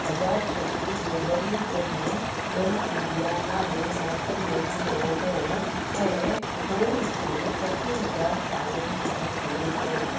अजातशत्रु जो वरी ॼमु लोहकुंभिया नाले नर्क में थियो हुओ ऐं हू हुते सठि हज़ार सालनि ताईं पीड़ित रहियो